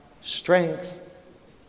strength